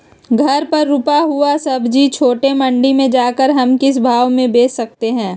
घर पर रूपा हुआ सब्जी छोटे मंडी में जाकर हम किस भाव में भेज सकते हैं?